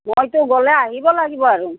মইতো গ'লে আহিব লাগিব আৰু